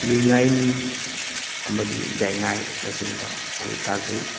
ꯔꯨꯏꯉꯥꯏꯅꯤ ꯑꯃꯗꯤ ꯒꯥꯡꯉꯥꯏꯅꯆꯤꯡꯕ ꯑꯣꯏ ꯇꯥꯖꯩ